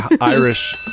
irish